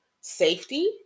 safety